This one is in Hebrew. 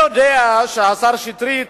אני יודע שהשר שטרית,